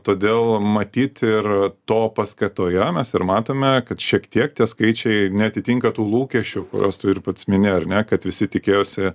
todėl matyt ir to paskatoj jo mes ir matome kad šiek tiek tie skaičiai neatitinka tų lūkesčių kuriuos tu ir pats mini ar ne kad visi tikėjosi